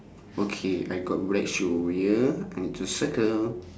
okay I got black shoe over here I need to circle